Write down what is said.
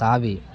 தாவி